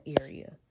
area